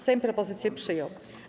Sejm propozycję przyjął.